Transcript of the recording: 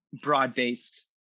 broad-based